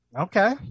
Okay